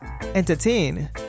entertain